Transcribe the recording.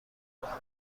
نمیشن